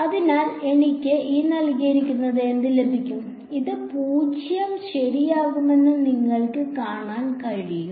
അതിനാൽ എനിക്ക് എന്ത് ലഭിക്കും ഇത് 0 ശരിയാകുമെന്ന് നിങ്ങൾക്ക് കാണാൻ കഴിയും